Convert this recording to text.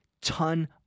ton